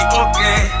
okay